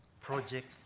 project